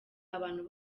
abantu